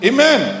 Amen